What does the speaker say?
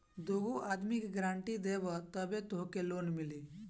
दूगो आदमी के गारंटी देबअ तबे तोहके लोन मिली